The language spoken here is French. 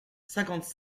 cinquante